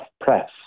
Press